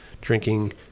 drinking